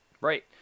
Right